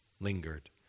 lingered